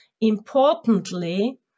Importantly